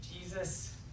Jesus